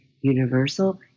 universal